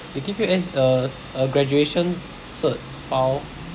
they give you as a a graduation cert file